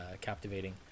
captivating